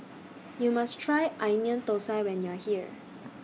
YOU must Try Onion Thosai when YOU Are here